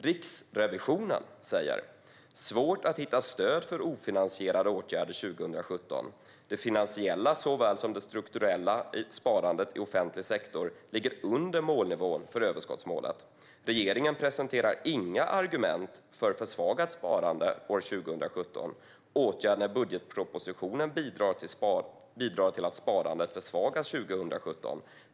Riksrevisionen skriver under rubriken "Svårt att hitta stöd för ofinansierade åtgärder 2017": "Det finansiella såväl som det strukturella sparandet i offentlig sektor ligger under målnivån för överskottsmålet. - Regeringen presenterar inga argument för att . försvaga sparandet 2017. Åtgärderna i budgetpropositionen bidrar till att sparandet försvagas 2017.